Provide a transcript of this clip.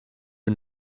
und